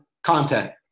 content